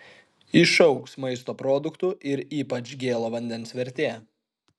išaugs maisto produktų ir ypač gėlo vandens vertė